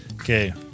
Okay